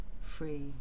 free